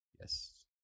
Yes